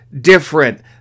different